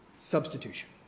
Substitution